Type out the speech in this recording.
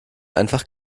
einfach